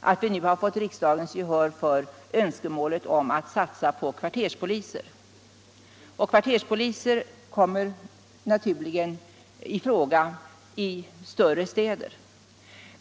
att vi nu har fått riksdagens gehör för önskemålet att satsa på kvarterspoliser. Kvarterspolisen kommer naturligen i fråga i större städer.